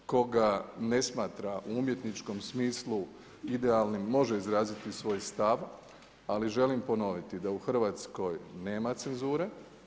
Tko ga ne smatra u umjetničkom smislu idealnim može izraziti svoj stav, ali želim ponoviti da u Hrvatskoj nema cenzure.